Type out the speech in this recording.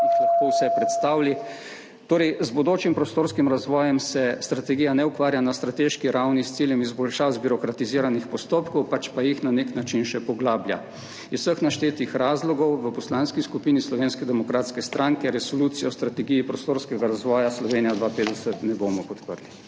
lahko vse predstavili. Z bodočim prostorskim razvojem se torej strategija ne ukvarja na strateški ravni s ciljem izboljšav zbirokratiziranih postopkov, pač pa jih na nek način še poglablja. Iz vseh naštetih razlogov v Poslanski skupini Slovenske demokratske stranke resolucije o strategiji prostorskega razvoja Slovenija 2050 ne bomo podprli.